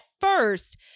first